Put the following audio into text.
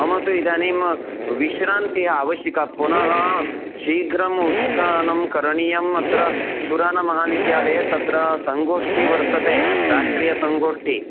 मम तु इदानीं विश्रान्तिः आवश्यकी पुनः शीघ्रम् उत्थानं करणीयम् अत्र सुरानमहाविद्यालये तत्र सङ्गोष्ठी वर्तते राष्ट्रीयसङ्गोष्ठी